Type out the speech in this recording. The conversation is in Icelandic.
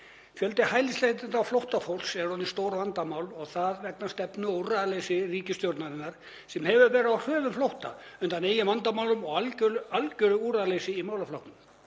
Fjöldi hælisleitenda og flóttafólks er orðið í stórvandamál og það vegna stefnu og úrræðaleysis ríkisstjórnarinnar sem hefur verið á hröðum flótta undan eigin vandamálum og algjöru úrræðaleysi í málaflokknum.